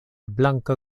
blanka